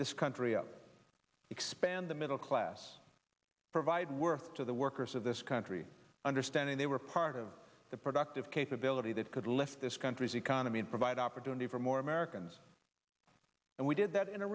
this country up expand the middle class provide worth to the workers of this country understanding they were part of the productive capability that could lift this country's economy and provide opportunity for more americans and we did that in a